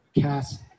cast